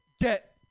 get